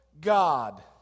God